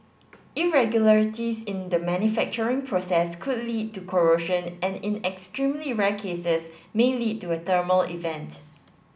irregularities in the manufacturing process could lead to corrosion and in extremely rare cases may lead to a thermal event